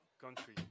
country